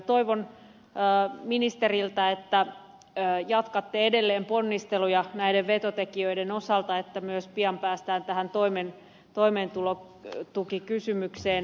toivon ministeriltä että jatkatte edelleen ponnisteluja näiden vetotekijöiden osalta että myös pian päästään tähän toimeentulotukikysymykseen